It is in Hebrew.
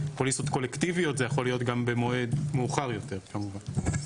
פוליסות קולקטיביות זה יכול להיות גם במועד מאוחר יותר כמובן.